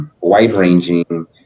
wide-ranging